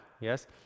Yes